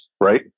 right